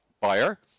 buyer